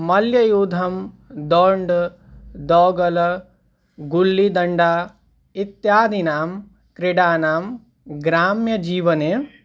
मल्लयुद्धं दोण्ड् दोगल गुल्लीदण्डा इत्यादीनां क्रीडानां ग्राम्यजीवने